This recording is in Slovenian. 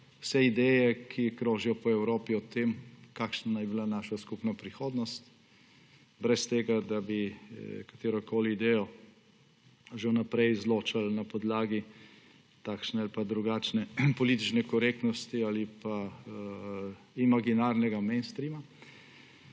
vse ideje, ki krožijo po Evropi o tem, kakšna naj bi bila naša skupna prihodnost, brez tega, da bi katerokoli idejo že vnaprej izločili na podlagi takšne ali drugačne politične korektnosti ali pa imaginarnega mainstreama.